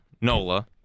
Nola